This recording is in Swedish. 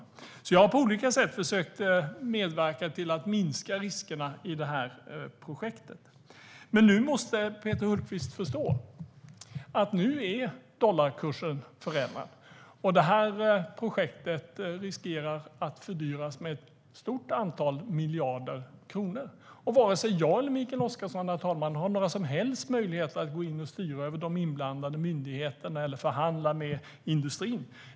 Jag har alltså på olika sätt försökt medverka till att minska riskerna i det här projektet. Men nu måste Peter Hultqvist förstå att dollarkursen är förändrad, och det här projektet riskerar att fördyras med ett stort antal miljarder kronor. Varken jag eller Mikael Oscarsson, herr talman, har några som helst möjligheter att gå in och styra över de inblandade myndigheterna eller förhandla med industrin.